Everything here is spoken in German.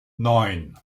neun